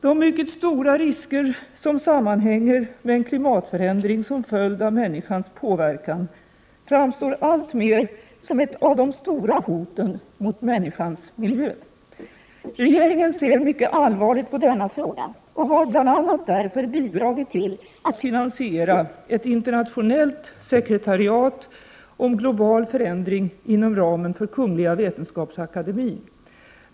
De mycket stora risker som sammanhänger med en klimatförändring som följd av människans påverkan framstår alltmer som ett av de stora hoten mot människans miljö. Regeringen ser mycket allvarligt på denna fråga och har bl.a. därför bidragit till att finansiera ett internationellt sekretariat om global förändring inom ramen för Kungl. Vetenskapsakademien.